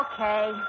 okay